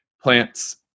Plants